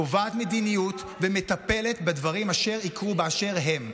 קובעת מדיניות ומטפלת בדברים אשר יקרו באשר הם,